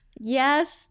Yes